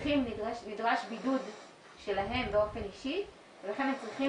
נדרש בידוד שלהם באופן אישי ולכן הם צריכים